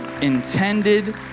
intended